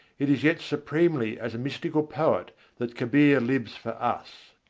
it is yet supremely as a mystical poet that kabir lives for us.